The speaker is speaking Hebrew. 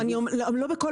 לא בכל